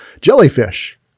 jellyfish